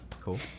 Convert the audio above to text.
Cool